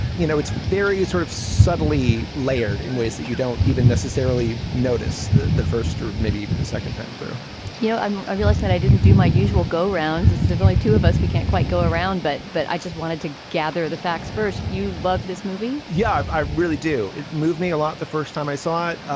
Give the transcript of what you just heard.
you know, it's very sort of subtly layered in ways that you don't even necessarily notice the the first or maybe even the second time through you know, i realized that i didn't do my usual go round. it's as if only two of us, we can't quite go around. but. but i just wanted to gather the facts first. you love this movie yeah, i really do. it moved me a lot the first time i saw it.